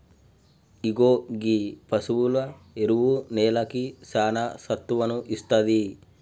ఇగో గీ పసువుల ఎరువు నేలకి సానా సత్తువను ఇస్తాది